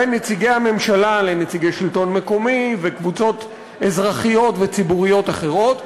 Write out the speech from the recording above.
בין נציגי הממשלה לנציגי שלטון מקומי וקבוצות אזרחיות וציבוריות אחרות.